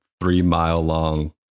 three-mile-long